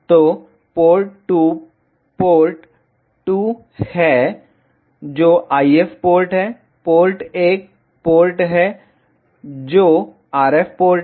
तो port two port 2 है जो IF पोर्ट है पोर्ट 1 पोर्ट है जो RF पोर्ट है